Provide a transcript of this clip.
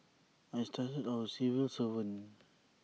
I started out as A civil servant